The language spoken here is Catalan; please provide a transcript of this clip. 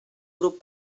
grup